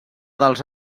dels